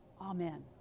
Amen